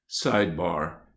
Sidebar